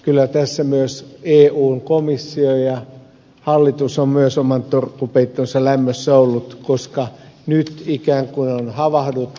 kyllä tässä myös eun komissio ja hallitus ovat oman torkkupeittonsa lämmössä olleet koska nyt on ikään kuin havahduttu